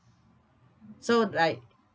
so like